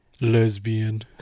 Lesbian